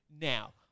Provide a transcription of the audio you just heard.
Now